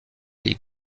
les